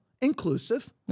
inclusive